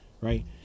right